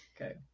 Okay